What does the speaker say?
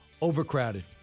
overcrowded